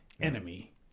enemy